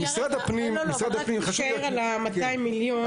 שניה רגע, רק תישאר על ה- 200 מיליון.